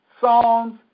songs